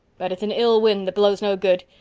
but it's an ill wind that blows no good.